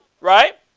right